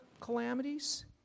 calamities